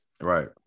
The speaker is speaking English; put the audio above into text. right